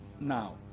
now